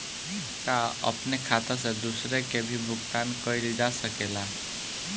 का अपने खाता से दूसरे के भी भुगतान कइल जा सके ला?